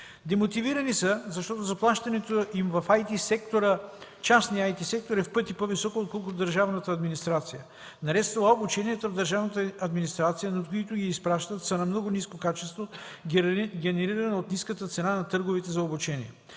Демотивирани са, защото заплащането им в частния IT сектор е в пъти по-високо, отколкото в държавната администрация. Наред с това, обученията в държавната администрация, на които ги изпращат, са с много ниско качество, генерирано от ниската цена на търговете за обучения.